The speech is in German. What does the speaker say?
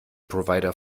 provider